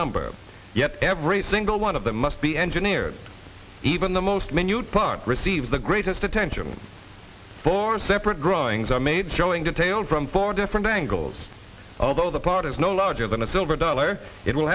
number yet every single one of them must be engineered even the most minute pun receives the greatest attention for a separate growing zone made showing detailed from four different angles although the part is no larger than a silver dollar it